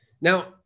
Now